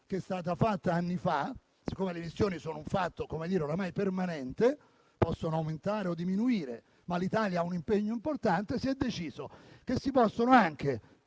fu adottata anni fa e, siccome le missioni sono un fatto ormai permanente (possono aumentare o diminuire, ma l'Italia ha un impegno importante), si è deciso che si possono